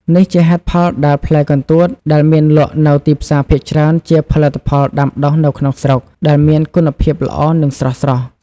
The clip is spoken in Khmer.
នេះជាហេតុផលដែលផ្លែកន្ទួតដែលមានលក់នៅទីផ្សារភាគច្រើនជាផលិតផលដាំដុះនៅក្នុងស្រុក ដែលមានគុណភាពល្អ និងស្រស់ៗ។